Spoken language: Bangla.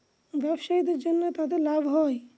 ব্যবসায়ীদের জন্য তাদের লাভ হয়